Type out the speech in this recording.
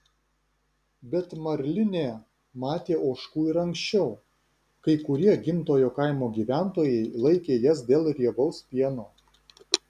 bet marlinė matė ožkų ir anksčiau kai kurie gimtojo kaimo gyventojai laikė jas dėl riebaus pieno